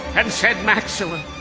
and said, maxilla